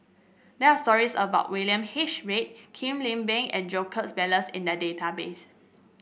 there are stories about William H Read Kwek Leng Beng and Jacob Ballas in the database